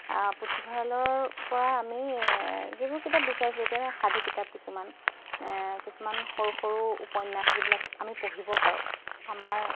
পুথিভঁৰালৰ পৰা আমি যিবোৰ কিতাপ বিচাৰিছিলোঁ এতিয়া সাধু কিতাপ কিছুমান কিছুমান সৰু সৰু উপন্যাস যিবিলাক আমি পঢ়িব পাৰোঁ আমাৰ